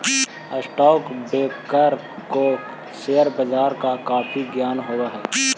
stock broker को share बाजार का काफी ज्ञान हो हई